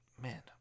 man